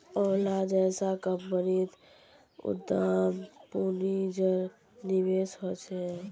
ओला जैसा कम्पनीत उद्दाम पून्जिर निवेश होछे